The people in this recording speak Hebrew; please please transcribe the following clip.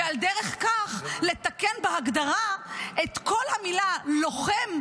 ועל דרך כך, לתקן בהגדרה את כל המילה "לוחם".